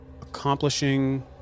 accomplishing